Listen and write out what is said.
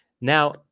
now